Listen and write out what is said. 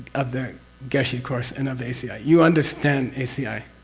of the geshe course and of aci ah you understand aci.